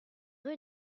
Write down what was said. rue